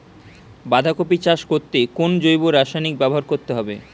বাঁধাকপি চাষ করতে কোন জৈব রাসায়নিক ব্যবহার করতে হবে?